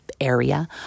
area